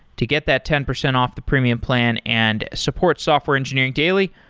to get that ten percent off the premium plan and support software engineering daily,